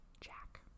Jack